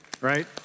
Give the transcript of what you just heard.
right